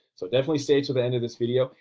so definitely stay til the end of this video,